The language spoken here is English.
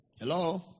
Hello